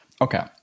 Okay